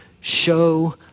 show